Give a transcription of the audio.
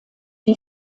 die